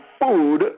food